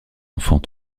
enfant